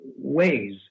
ways